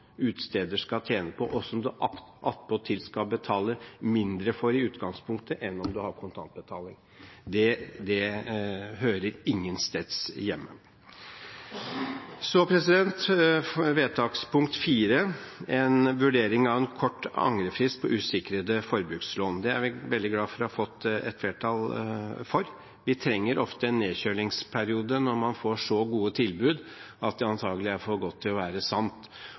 skal tjene på, og som man attpåtil skal betale mindre for i utgangspunktet enn om man betaler kontant. Det hører ingen steder hjemme. Så til vedtak IV – en vurdering av «en kort angrefrist på usikrede forbrukslån». Det er vi veldig glade for å ha fått et flertall for. Man trenger ofte en nedkjølingsperiode når man får så gode tilbud at det antakelig er for godt til å være sant.